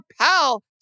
pal